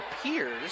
appears